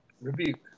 rebuke